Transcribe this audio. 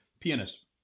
pianist